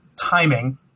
timing